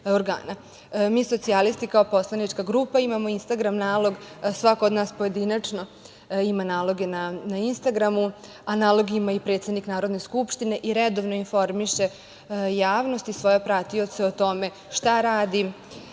socijalisti kao poslanička grupa imamo Instagram nalog. Svako od nas pojedinačno ima naloge na Instagramu, a nalog ima i predsednik Narodne skupštine i redovno informiše javnost i svoje pratioce o tome šta radi